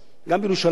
מאוד פעילות.